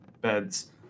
beds